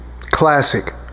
classic